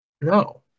No